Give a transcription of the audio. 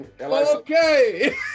Okay